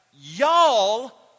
Y'all